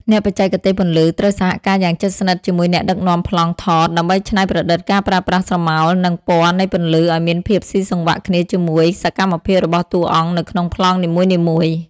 អ្នកបច្ចេកទេសពន្លឺត្រូវសហការយ៉ាងជិតស្និទ្ធជាមួយអ្នកដឹកនាំប្លង់ថត ដើម្បីច្នៃប្រឌិតការប្រើប្រាស់ស្រមោល និងពណ៌នៃពន្លឺឱ្យមានភាពស៊ីសង្វាក់គ្នាជាមួយសកម្មភាពរបស់តួអង្គនៅក្នុងប្លង់នីមួយៗ។